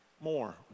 more